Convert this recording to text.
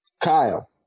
Kyle